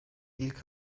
ilk